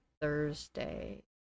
Thursday